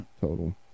total